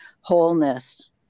wholeness